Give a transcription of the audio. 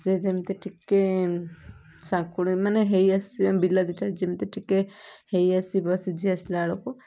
ସେ ଯେମିତି ଟିକେ ସାକୁଳେଇ ମାନେ ହେଇ ଆସିବା ମାନେ ବିଲାତି ଟା ଯେମିତି ଟିକେ ହେଇଆସିବ ସିଝି ଆସିଲା ବେଳକୁ